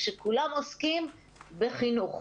שכולם עוסקים בחינוך.